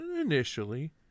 initially